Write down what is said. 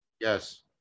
Yes